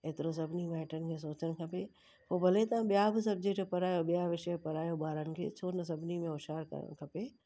एतिरो सभिनी माइटनि खे सोचणु खपे पोइ भले तहां ॿियां बि सब्जेक्ट पढ़ायो ॿियां विषय पढ़ायो ॿारनि खे छो न सभिनी में होश्यारु करणु खपे